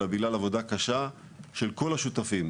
אלא בגלל עבודה קשה של כל השותפים.